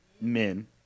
men